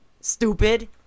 Stupid